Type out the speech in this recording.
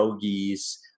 yogis